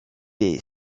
est